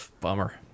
Bummer